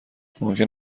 ممکن